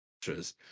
extras